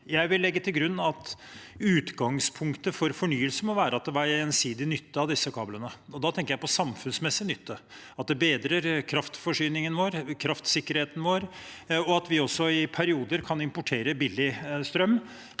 Jeg vil legge til grunn at utgangspunktet for fornyelse må være at det er gjensidig nytte av disse kablene, og da tenker jeg på samfunnsmessig nytte, at det bedrer kraftforsyningen og kraftsikkerheten vår, og at vi også i perioder kan importere billig strøm